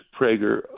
Prager